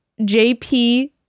JP